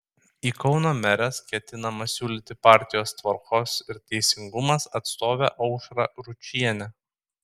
į kauno meres ketinama siūlyti partijos tvarkos ir teisingumas atstovę aušrą ručienę